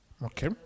Okay